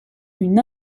une